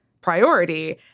priority